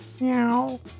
meow